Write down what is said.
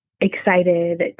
excited